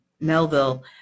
Melville